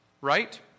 right